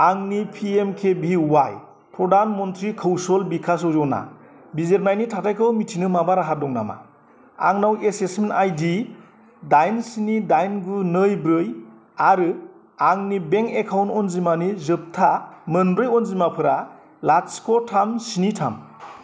आंनि P M K V Y प्रधान मन्त्रि कौसल बिकास यज'ना बिजिरनायनि थाखायखौ मिथिनो माबा राहा दं नामा आंनाव एसेसमेन्ट आइदि दाइन स्नि दाइन गु नै ब्रै आरो आंनि बेंक एकाउन्ट अनजिमानि जोबथा मोनब्रै अनजिमाफोरा लाथिख' थाम स्नि थाम